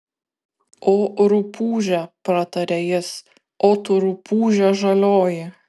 o rupūže pratarė jis o tu rupūže žalioji